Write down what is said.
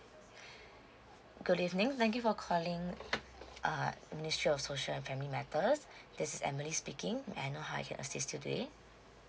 good evening thank you for calling err ministry of social family matters this is emily speaking may I know how I can assist you today